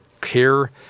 care